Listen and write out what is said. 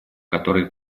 которые